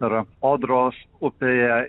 yra odros upėje